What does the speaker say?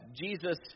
Jesus